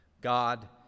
God